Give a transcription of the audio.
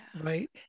Right